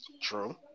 True